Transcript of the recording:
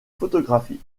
photographies